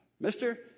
Mister